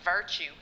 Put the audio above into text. virtue